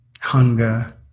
hunger